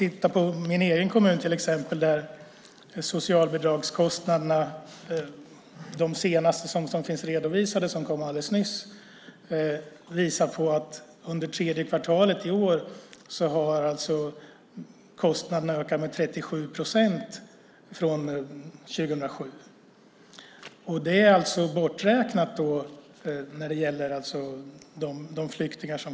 I min hemkommun visar de senaste socialbidragssiffrorna, som kom alldeles nyss, att kostnaderna har ökat med 37 procent sedan 2007. Då är introduktionsbidraget borträknat.